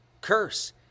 curse